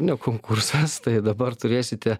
ne konkursas tai dabar turėsite